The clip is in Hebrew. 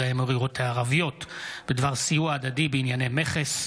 האמירויות הערביות בדבר סיוע הדדי בענייני מכס.